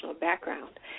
background